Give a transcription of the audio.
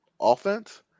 offense